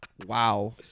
wow